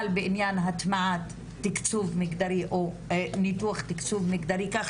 בעניין הטמעת תקצוב מגדרי או ניתוח תקצוב מגדרי כך